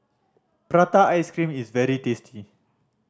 prata ice cream is very tasty